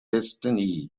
destiny